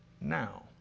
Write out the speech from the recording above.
now